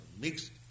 mixed